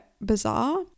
bizarre